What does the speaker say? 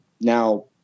now